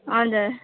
हजुर